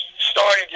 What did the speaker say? started